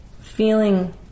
Feeling